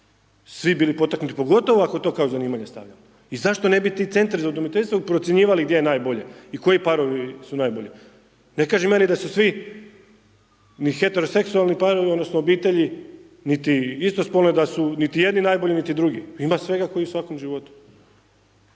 svi bili potaknuti, pogotovo ako to kao zanimanje stavljamo, i zašto ne bi ti Centri za udomiteljstvo procjenjivali gdje je najbolje i koji parovi su najbolji. Ne kažem ja ni da su svi ni heteroseksualni parovi odnosno obitelji, niti istospolni da su, niti jedni najbolji, niti drugi, ima svega k'o i u svakom životu.